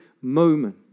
moment